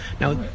Now